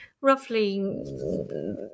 roughly